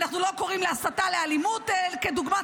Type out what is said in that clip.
אנחנו לא קוראים להסתה לאלימות כדוגמת